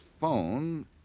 phone